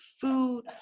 food